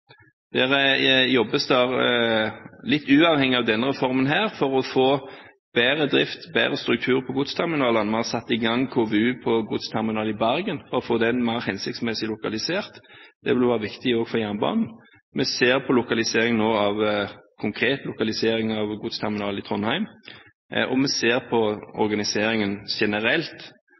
jobbes, litt uavhengig av denne reformen, for å få bedre drift og bedre struktur på godsterminalene. Vi har satt i gang en KVU for en godsterminal i Bergen, for å få den mer hensiktsmessig lokalisert. Det vil være viktig også for jernbanen. Vi ser nå på en konkret lokalisering av en godsterminal i Trondheim, vi ser på organiseringen generelt